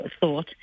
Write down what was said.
thought